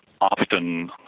often